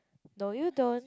no you don't